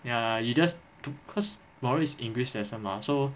ya you just to cause tomorrow is english lesson mah so